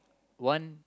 one